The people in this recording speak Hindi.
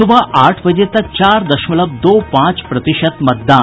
सुबह आठ बजे तक चार दशमलव दो पांच प्रतिशत मतदान